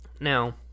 Now